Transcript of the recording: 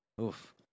Oof